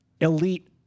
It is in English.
elite